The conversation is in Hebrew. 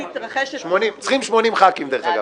צריך 80 חברי כנסת.